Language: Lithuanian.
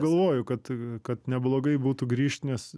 galvoju kad kad neblogai būtų grįžt nes